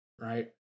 right